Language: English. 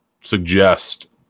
suggest